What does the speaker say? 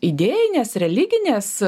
idėjinės religinės